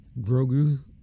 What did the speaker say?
Grogu